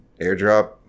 airdrop